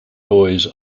buoys